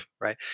right